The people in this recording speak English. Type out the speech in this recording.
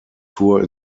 tour